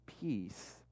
peace